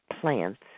plants